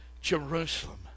Jerusalem